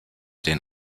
den